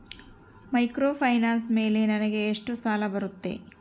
Microfinance ಮೇಲೆ ನನಗೆ ಎಷ್ಟು ಸಾಲ ಬರುತ್ತೆ?